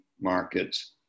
markets